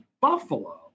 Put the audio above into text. Buffalo